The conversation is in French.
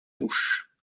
douche